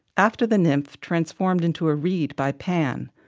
after the nymph transformed into a reed by pan,